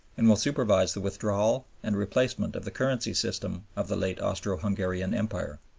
and will supervise the withdrawal and replacement of the currency system of the late austro-hungarian empire.